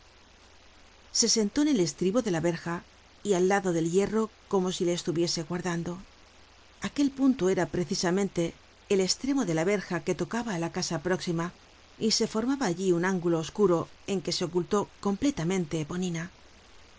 se sentó en el estribo de la verja y al lado del hierro como si le estuviese guardando aquel punto era precisamente el estremo de la verja que tocaba á la casa próxima y se formaba allí un ángulo oscuro en que se ocultó completamente eponina